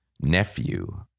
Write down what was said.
nephew